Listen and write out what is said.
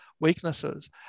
weaknesses